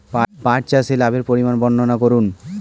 পাঠ চাষের লাভের পরিমান বর্ননা করুন?